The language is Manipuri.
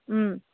ꯎꯝ